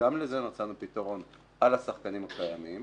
- וגם לזה מצאנו פתרון על השחקנים הקיימים.